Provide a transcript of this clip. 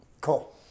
Cool